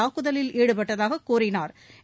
தாக்குதலில் ஈடுபட்டதாக கூறினாா்